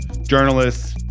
journalists